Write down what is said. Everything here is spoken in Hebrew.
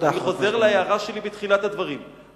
אני חוזר להערה שלי בתחילת הדברים.